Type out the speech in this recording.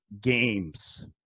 games